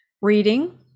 Reading